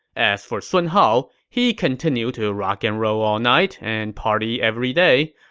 as for sun hao, he continued to rock and roll all night and party every day,